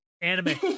Anime